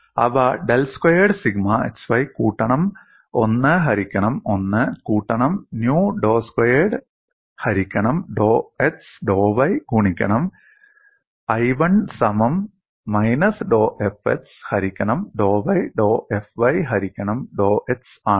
അവ del squared sigma xy കൂട്ടണം 1 ഹരിക്കണം 1 കൂട്ടണം ന്യു ഡോ സ്ക്വയർഡ് ഹരിക്കണം ഡോ x ഡോ y ഗുണിക്കണം I1 സമം മൈനസ് ഡോ Fx ഹരിക്കണം ഡോ y ഡോ Fy ഹരിക്കണം ഡോ x ആണ്